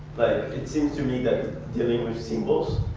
it seems to me that dealing with symbols